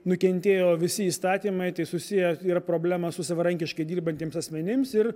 nukentėjo visi įstatymai tai susiję yra problema su savarankiškai dirbantiems asmenims ir